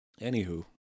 Anywho